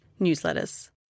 newsletters